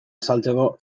azaltzeko